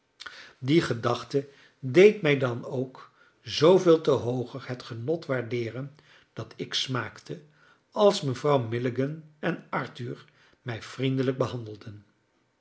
die gedachte deed mij dan ook zooveel te hooger het genot waarderen dat ik smaakte als mevrouw milligan en arthur mij vriendelijk behandelden